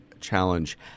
challenge